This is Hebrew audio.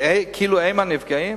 הם הנפגעים?